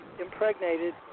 impregnated